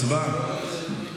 הצבעה.